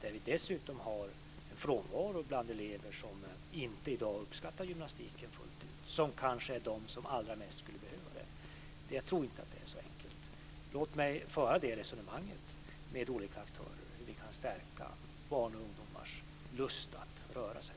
Vi har dessutom en frånvaro från elever som i dag inte uppskattar gymnastiken fullt ut. Det är kanske de som allra mest skulle behöva den. Jag tror inte att det är så enkelt. Låt mig föra resonemanget med olika aktörer om hur vi kan stärka barns och ungdomars lust att röra sig.